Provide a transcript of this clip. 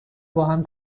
باهم